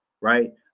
right